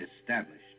established